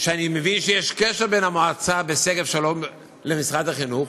שאני מבין שיש קשר בין המועצה בשגב-שלום לבין משרד החינוך.